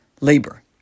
labor